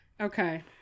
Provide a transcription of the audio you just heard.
Okay